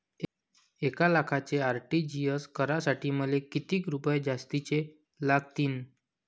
एक लाखाचे आर.टी.जी.एस करासाठी मले कितीक रुपये जास्तीचे लागतीनं?